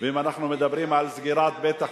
ואם אנחנו מדברים על סגירת בית-חולים,